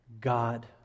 God